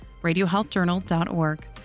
radiohealthjournal.org